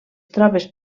tropes